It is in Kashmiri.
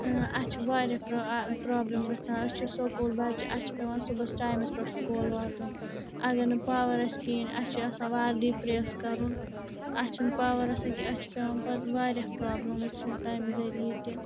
اَسہِ چھِ واریاہ پرٛا پرٛابلِم گژھان أسۍ چھِ سکوٗل بَچہِ اَسہِ چھِ پٮ۪وان صُبَحس ٹایمَس پٮ۪ٹھ سکوٗل واتُن اَگر نہٕ پاوَر آسہِ کِہیٖنۍ اَسہِ چھِ آسان وَردی پرٛٮ۪س کَرُن اَسہِ چھُنہٕ پاوَر آسان کینٛہہ اَسہِ چھِ پٮ۪وان پَتہٕ واریاہ پرٛابلِم وٕچھنہٕ تَمہِ ذٔریعہِ تہِ